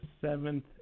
Seventh